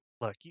look